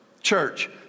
Church